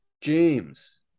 James